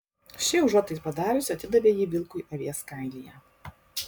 ši užuot tai padariusi atidavė jį vilkui avies kailyje